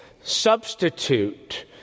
substitute